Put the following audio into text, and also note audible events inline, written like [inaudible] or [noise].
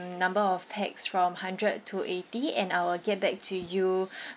number of pax from hundred to eighty and I will get back to you [breath]